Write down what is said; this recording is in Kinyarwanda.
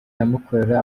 amukorera